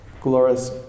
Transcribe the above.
glorious